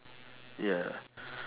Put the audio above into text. ya